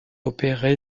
opéré